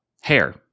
Hair